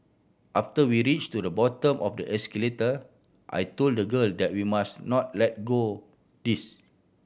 after we reached to the bottom of the escalator I told the girl that we must not let go this